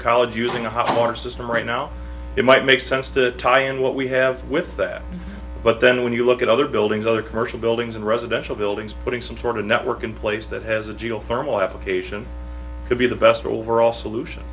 college using a hallmark system right now it might make sense to tie in what we have with that but then when you look at other buildings other commercial buildings and residential buildings putting some sort of network in place that has a geothermal application could be the best overall solution